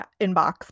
inbox